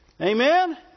Amen